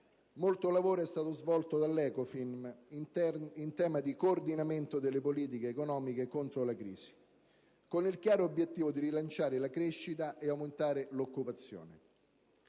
molto lavoro è stato svolto dall'Ecofin in tema di coordinamento delle politiche economiche contro la crisi, con il chiaro obiettivo di rilanciare la crescita e aumentare l'occupazione.